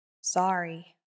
Sorry